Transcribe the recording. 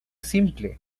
simple